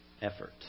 effort